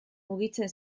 mugitzen